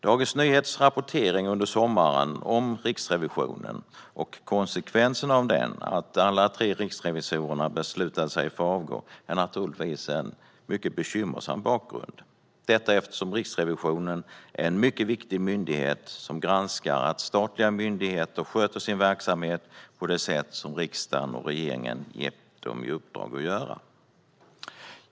Dagens Nyheters rapportering om Riksrevisionen under sommaren och konsekvensen av den, att alla tre riksrevisorerna beslutade sig för att avgå, är naturligtvis en mycket bekymmersam bakgrund. Riksrevisionen är en mycket viktig myndighet som ska granska att statliga myndigheter sköter sin verksamhet på det sätt som riksdagen och regeringen har gett dem i uppdrag att göra.